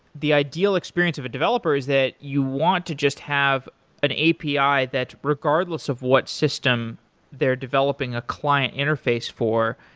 the ideal experience of a developer is that you want to just have an api that regardless of what system they're developing a client interface for,